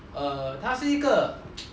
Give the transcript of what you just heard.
err 他是一个